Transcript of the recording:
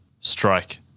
Strike